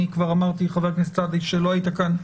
אני כבר אמרתי, חבר הכנסת סעדי שלא היית כאן,